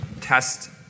test